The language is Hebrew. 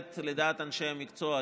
לדעת אנשי המקצוע,